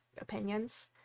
opinions